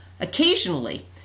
Occasionally